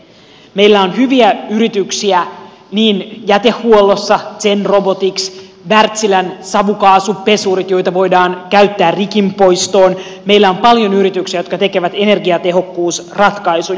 meillä on hyviä yrityksiä on jätehuollossa zenrobotics ja wärtsilän savukaasupesurit joita voidaan käyttää rikinpoistoon meillä on paljon yrityksiä jotka tekevät energiatehokkuusratkaisuja